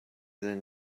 than